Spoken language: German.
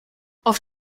auf